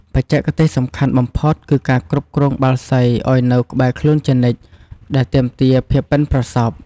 បច្ចេកទេសសំខាន់បំផុតគឺការគ្រប់គ្រងបាល់សីឱ្យនៅក្បែរខ្លួនជានិច្ច ដែលទាមទារភាពប៉ិនប្រសប់។